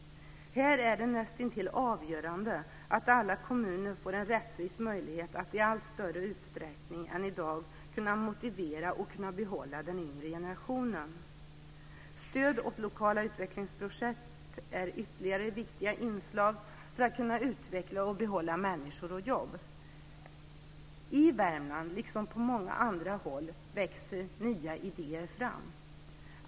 Här är det nästintill avgörande att alla kommuner får en rättvis möjlighet att i större utsträckning än i dag kunna motivera och behålla den yngre generationen. Stöd åt lokala utvecklingsprojekt är ytterligare ett viktigt inslag för att kunna utveckla och behålla människor och jobb. I Värmland, liksom på många andra håll växer nya idéer fram.